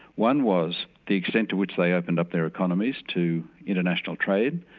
one was the extent to which they opened up their economies to international trade,